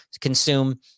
consume